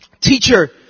Teacher